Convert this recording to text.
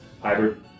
hybrid